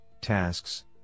tasks